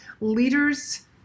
leaders